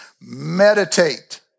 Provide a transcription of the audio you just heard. Meditate